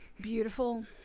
beautiful